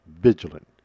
vigilant